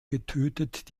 getötet